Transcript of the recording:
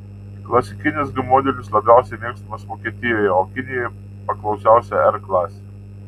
klasikinis g modelis labiausiai mėgstamas vokietijoje o kinijoje paklausiausia r klasė